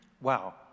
Wow